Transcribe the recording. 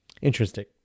interesting